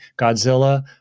Godzilla